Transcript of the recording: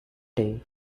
day